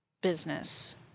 business